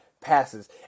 passes